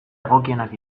egokienak